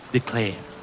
Declare